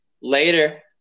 Later